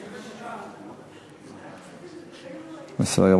בסדר גמור.